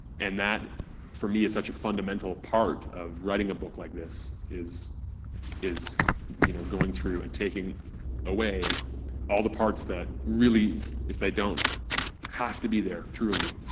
and that for me is such a fundamental part of writing a book like this, is is you know going through and taking away all the parts that really, if they don't have to be there truly,